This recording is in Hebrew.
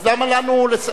אז למה לנו,